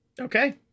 Okay